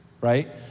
right